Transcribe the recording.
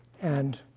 and